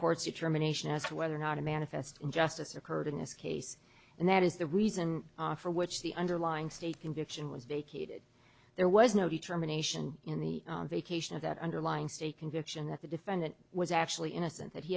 court's determination as to whether or not a manifest injustice occurred in this case and that is the reason for which the underlying state conviction was vacated there was no determination in the vacation of that underlying state conviction that the defendant was actually